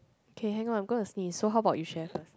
K hang on I'm gonna sneeze so how about you share first